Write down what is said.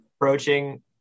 approaching